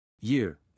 Year